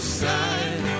side